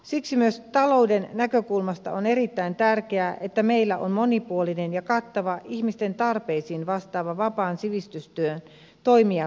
siksi myös talouden näkökulmasta on erittäin tärkeää että meillä on monipuolinen ja kattava ihmisten tarpeisiin vastaava vapaan sivistystyön toimijaverkko